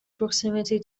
proximity